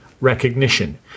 Recognition